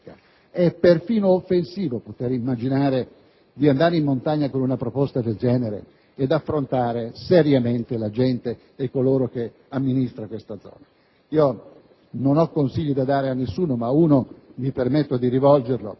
È persino offensivo poter immaginare di andare in montagna con una proposta del genere e affrontare seriamente la gente e tutti coloro che amministrano questa zona. Non ho consigli da impartire a nessuno, ma mi permetto di rivolgerne